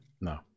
No